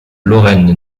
lorraine